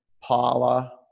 Paula